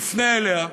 תפנה אליה,